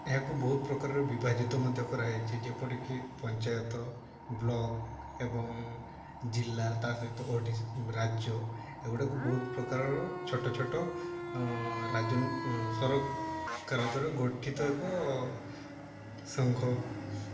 ଏହାକୁ ବହୁତ ପ୍ରକାର ବିଭାଜିତ ମଧ୍ୟ କରାଯାଇଛି ଯେପରିକି ପଞ୍ଚାୟତ ବ୍ଲକ୍ ଏବଂ ଜିଲ୍ଲା ତା ସହିତ ରାଜ୍ୟ ଏଗୁଡ଼ାକୁ ବହୁତ ପ୍ରକାରର ଛୋଟ ଛୋଟ ଗଠିତ ଏକ ସଂଘ